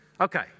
Okay